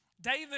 David